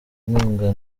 inkunga